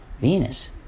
venus